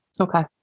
Okay